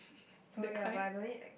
sorry ah but I don't need